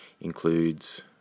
includes